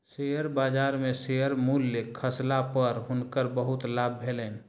share बजार में share मूल्य खसला पर हुनकर बहुत लाभ भेलैन